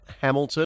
Hamilton